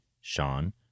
Sean